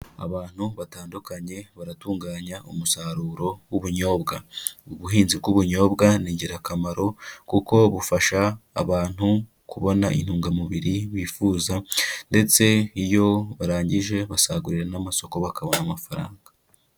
Abantu batandukanye baratunganya umusaruro w'ubunyobwa, ubuhinzi bw'ubunyobwa ni ingirakamaro kuko bufasha abantu kubona intungamubiri bifuza ndetse iyo barangije basagurira n'amasoko bakabona amafaranga.